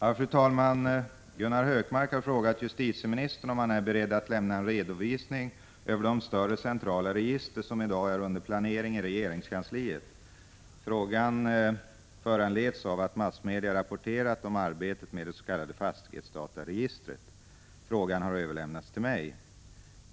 Fru talman! Gunnar Hökmark har frågat justitieministern om han är beredd att lämna en redovisning över de större centrala register som i dag är under planering i regeringskansliet. Frågan föranleds av att massmedia rapporterat om arbetet med det s.k. fastighetsdataregistret. Frågan har överlämnats till mig.